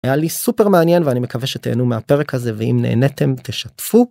היה לי סופר מעניין ואני מקווה שתהנו מהפרק הזה ואם נהניתם תשתפו.